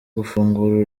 gufungura